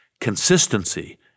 consistency